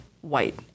white